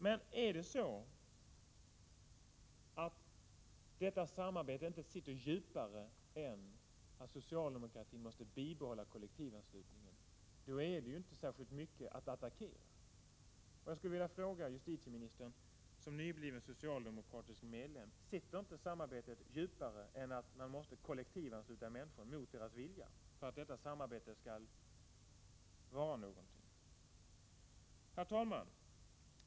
Men är det så att detta samarbete inte sitter djupare än att socialdemokratin måste bibehålla kollektivanslutningen, då är det inte särskilt mycket att attackera. Jag skulle vilja fråga justitieministern som nybliven socialdemokratisk medlem: Sitter inte samarbetet djupare än att man måste kollektivansluta människor mot deras vilja för att detta samarbete skall vara värt någonting? Herr talman!